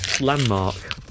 landmark